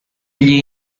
gli